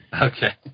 Okay